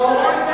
לא.